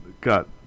got